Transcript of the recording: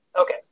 Okay